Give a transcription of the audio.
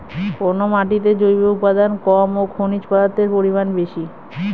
কোন মাটিতে জৈব উপাদান কম ও খনিজ পদার্থের পরিমাণ বেশি?